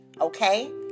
Okay